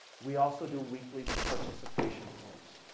we also do weekly participation points.